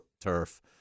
turf